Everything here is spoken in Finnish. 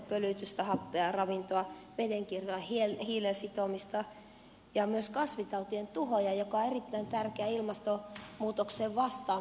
pölytystä happea ravintoa vedenkiertoa hiilen sitomista ja myös kasvitautien tuhoja joka on erittäin tärkeää ilmastonmuutokseen vastaamisessa